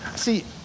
See